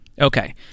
Okay